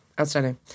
Outstanding